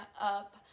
up